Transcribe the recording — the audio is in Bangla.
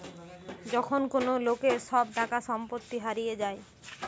যখন কোন লোকের সব টাকা সম্পত্তি হারিয়ে যায়